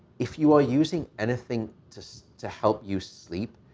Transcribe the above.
if you are using anything to to help you sleep,